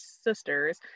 sisters